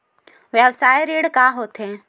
व्यवसाय ऋण का होथे?